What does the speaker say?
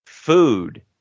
Food